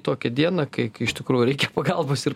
tokią dieną kai iš tikrųjų reikia pagalbos ir